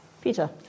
peter